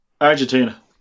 Argentina